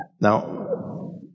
Now